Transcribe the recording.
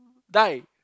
die